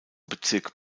bezirk